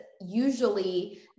usually